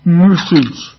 message